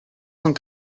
cent